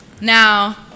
Now